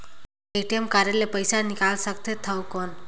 ATM card ले पइसा निकाल सकथे थव कौन?